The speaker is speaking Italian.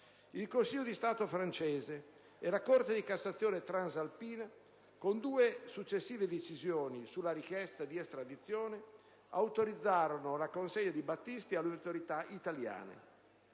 Il Consiglio di Stato francese e la Corte di cassazione transalpina, con due successive decisioni sulla richiesta di estradizione, autorizzarono la consegna di Battisti alle autorità italiane.